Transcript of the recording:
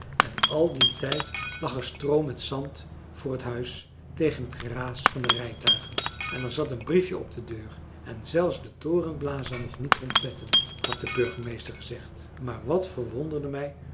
en al dien tijd lag er stroo met zand voor het huis tegen het geraas van de rijtuigen en er zat een briefje op de deur en zelfs de torenblazer mocht niet trompetten had de burgemeester gezegd maar dat verwonderde mij